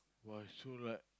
!wah! so right